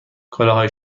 کالاهای